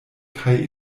kaj